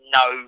no